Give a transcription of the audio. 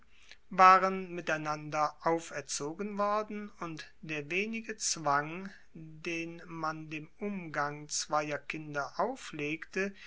waren miteinander auferzogen worden und der wenige zwang den man dem umgang zweier kinder auflegte